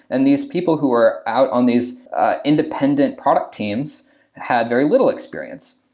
and these people who were out on these independent product teams had very little experience.